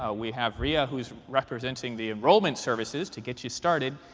ah we have rhea, who is representing the enrollment services to get you started,